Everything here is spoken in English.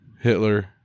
Hitler